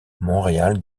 montréal